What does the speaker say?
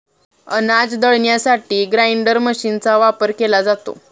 अनाज दळण्यासाठी ग्राइंडर मशीनचा वापर केला जातो